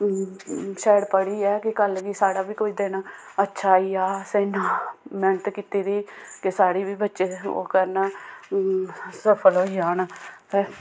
शैल पढ़ी जाए कि कल गी साढ़ा बी कोई दिन अच्छा आई जा असें इना मेह्नत कीती दी कि साढ़ी बी बच्चे ओह् करन सफल होई जान